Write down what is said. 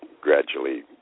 gradually